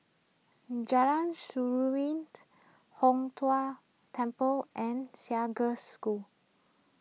Jalan Seruling Hong Tho Temple and Haig Girls' School